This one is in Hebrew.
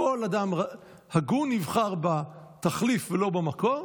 כל אדם הגון יבחר בתחליף ולא במקור,